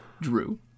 drew